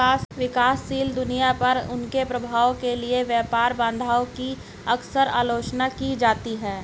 विकासशील दुनिया पर उनके प्रभाव के लिए व्यापार बाधाओं की अक्सर आलोचना की जाती है